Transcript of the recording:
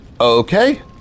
Okay